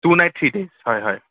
two night three days হয় হয়